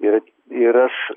ir ir aš